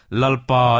lalpa